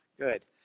Good